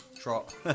Trot